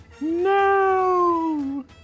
No